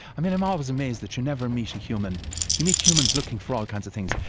i mean i'm always amazed that you never meet a human you meet humans looking for all kinds of things.